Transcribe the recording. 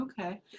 okay